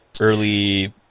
early